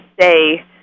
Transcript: say